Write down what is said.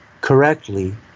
correctly